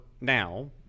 now